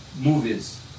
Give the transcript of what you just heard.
movies